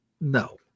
No